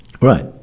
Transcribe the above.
right